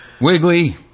Wiggly